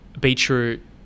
Beetroot